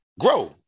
grow